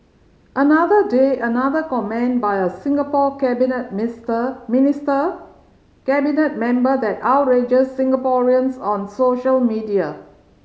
another day another comment by a Singapore cabinet mister minister cabinet member that outrages Singaporeans on social media